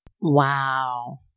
Wow